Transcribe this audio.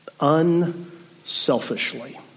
unselfishly